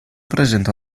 presenta